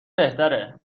بهتره